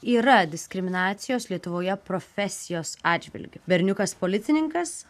yra diskriminacijos lietuvoje profesijos atžvilgiu berniukas policininkas